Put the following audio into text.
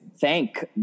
thank